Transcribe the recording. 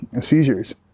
seizures